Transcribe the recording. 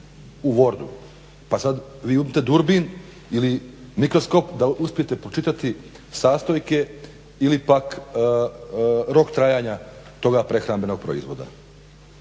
pa sada, vi uzmite durbin ili mikroskop da uspijete pročitati sastojke ili pak rok trajanja toga prehrambenog proizvoda.